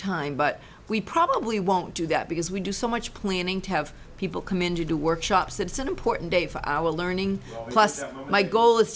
time but we probably won't do that because we do so much planning to have people come in to do workshops it's an important day for our learning plus my goal is